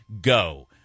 go